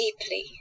Deeply